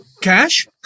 cash